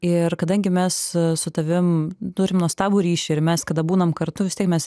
ir kadangi mes su tavim turim nuostabų ryšį ir mes kada būnam kartu vis tiek mes